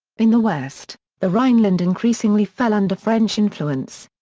in the west, the rhineland increasingly fell under french influence.